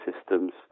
systems